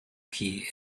key